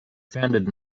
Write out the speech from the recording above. founded